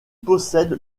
possède